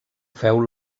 feu